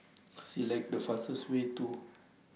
Select The fastest Way to